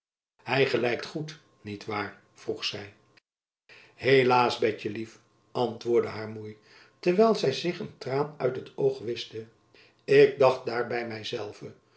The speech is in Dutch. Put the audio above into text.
het gelijkt goed niet waar vroeg zy helaas betjenlief antwoordde haar moei terwijl zy zich een traan uit het oog wischte ik dacht daar by